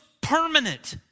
permanent